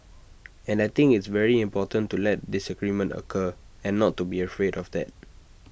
and I think it's very important to let disagreement occur and not to be afraid of that